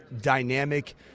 dynamic